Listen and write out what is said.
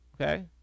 okay